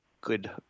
good